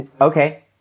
okay